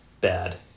bad